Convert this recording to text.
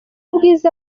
bwiza